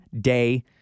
day